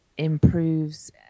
improves